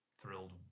thrilled